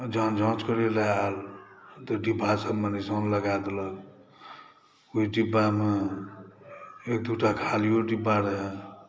जहन जाँच करै लऽ आएल तऽ डिब्बसभमे निशान लगा देलक ओहि डिब्बामे एक दूटा खालिओ डिब्बा रहै